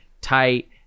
tight